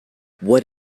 what